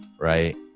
right